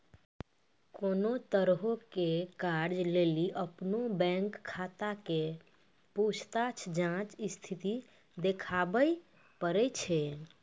कोनो तरहो के कर्जा लेली अपनो बैंक खाता के पूछताछ जांच स्थिति देखाबै पड़ै छै